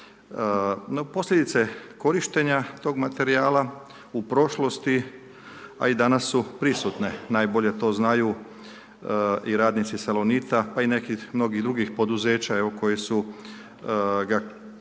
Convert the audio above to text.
No posljedice korištenja tog materijala u prošlosti a i danas su prisutne, najbolje to znaju i radnici salonita pa i nekih mnogih drugih poduzeća koji su bili